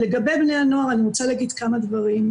לגבי בני הנוער העולים אני רוצה להגיד כמה דברים.